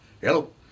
hello